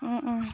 ও ও